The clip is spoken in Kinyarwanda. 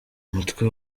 mutwe